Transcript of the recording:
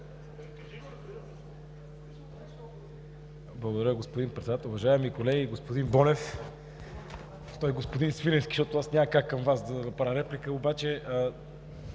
Благодаря, господин Председател. Уважаеми колеги, господин Бонев! Господин Свиленски, няма как към Вас да направя реплика, обаче